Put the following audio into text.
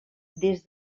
des